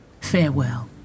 farewell